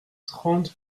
trente